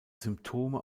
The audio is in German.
symptome